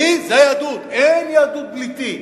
אני זה היהדות, אין יהדות בלתי.